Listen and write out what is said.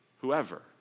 whoever